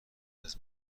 قرمز